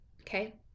Okay